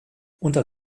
unter